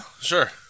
sure